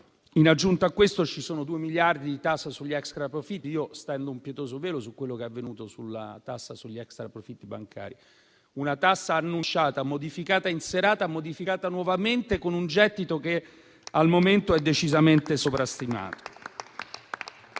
In aggiunta a questo, ci sono 2 miliardi di tasse sugli extraprofitti. Stendo un pietoso velo su quello che è avvenuto a proposito della tassa sugli extraprofitti bancari, che è stata prima annunciata, poi modificata in serata e infine modificata nuovamente, con un gettito al momento decisamente sovrastimato.